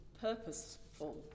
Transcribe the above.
purposeful